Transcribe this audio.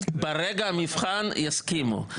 ברגע המבחן הם יסכימו.